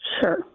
Sure